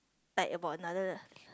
like about another